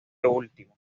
último